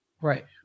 Right